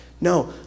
no